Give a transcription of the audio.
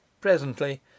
Presently